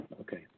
Okay